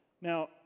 Now